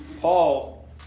Paul